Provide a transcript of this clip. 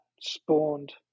spawned